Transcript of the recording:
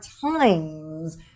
times